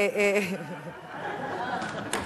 (איסור הפליה בשל גיל),